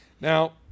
Now